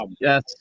yes